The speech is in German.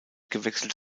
gewechselt